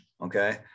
Okay